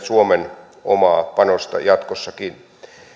suomen omaa panosta jatkossakin